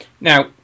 Now